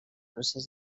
procés